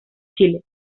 chile